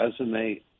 resonate